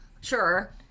Sure